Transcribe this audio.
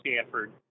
Stanford